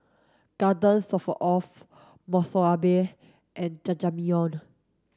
Garden Stroganoff Monsunabe and Jajangmyeon